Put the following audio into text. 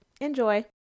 Enjoy